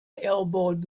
elbowed